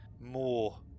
more